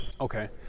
Okay